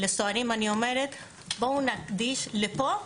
לסוהרים אני אומרת: בואו נקדיש פה,